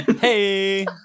Hey